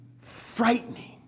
frightening